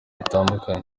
bitandukanye